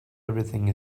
everything